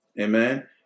amen